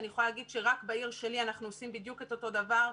אני יכולה להגיד שרק בעיר שלי אנחנו עושים בדיוק את אותו דבר.